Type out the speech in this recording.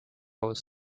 was